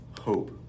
hope